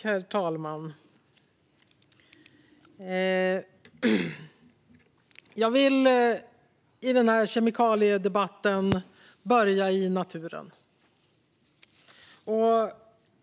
Herr talman! Jag vill i denna kemikaliedebatt börja i naturen.